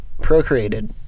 procreated